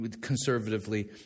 conservatively